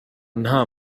nta